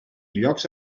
llocs